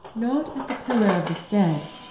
not at the pillar of the stead,